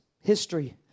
history